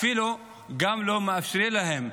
לא מאפשרים להם,